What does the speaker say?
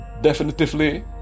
definitively